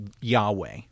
Yahweh